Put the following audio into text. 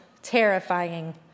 terrifying